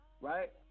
Right